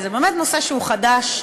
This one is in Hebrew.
כי זה באמת נושא שהוא חדש,